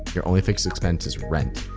your only fixed expense is rent,